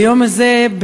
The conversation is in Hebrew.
ביום הזה,